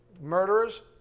murderers